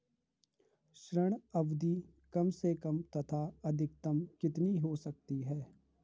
ऋण अवधि कम से कम तथा अधिकतम कितनी हो सकती है?